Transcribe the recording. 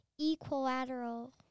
equilateral